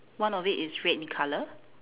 one of it is red in colour